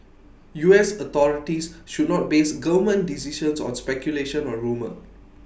U S authorities should not base government decisions on speculation or rumour